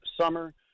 summer